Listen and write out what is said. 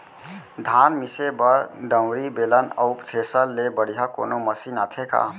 धान मिसे बर दंवरि, बेलन अऊ थ्रेसर ले बढ़िया कोनो मशीन आथे का?